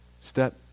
Step